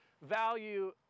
value